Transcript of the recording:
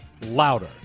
louder